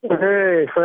Hey